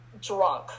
drunk